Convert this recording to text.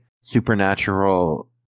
supernatural